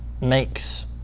makes